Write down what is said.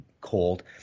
cold